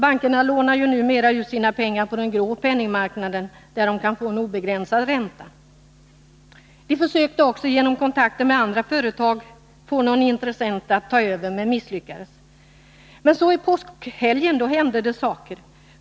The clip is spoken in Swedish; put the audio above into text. Bankerna lånar ju numera ut sina pengar på den grå penningmarknaden, där de kan få en obegränsad ränta. De anställda försökte också genom kontakter med andra företag att få någon intressent att ta över, men misslyckades. Men så i påskhelgen hände det saker.